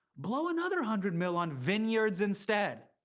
blow another hundred mil on vineyards instead.